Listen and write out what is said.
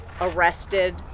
arrested